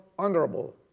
honorable